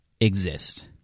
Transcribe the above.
exist